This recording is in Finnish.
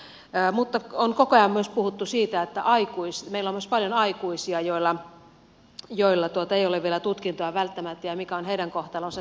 mutta koko ajan on puhuttu myös siitä että meillä on myös paljon aikuisia joilla ei ole vielä välttämättä tutkintoa ja että mikä on heidän kohtalonsa